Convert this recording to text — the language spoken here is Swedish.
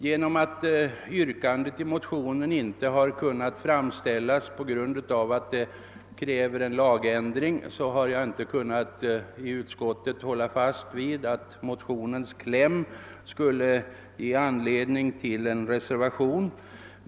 Då yrkandet i motionen inte har kunnat framställas här på grund av att det förutsätter en lagändring, har jag inte kunnat i utskottet hålla fast vid att motionens kläm skulle ge anledning till en reservation.